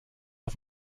auf